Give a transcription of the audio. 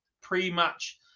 pre-match